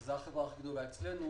זו החברה הכי גדולה אצלנו